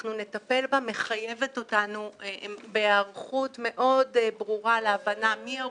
שאנחנו נטפל בה מחייבת אותנו בהיערכות מאוד ברורה להבנה מי האוכלוסייה,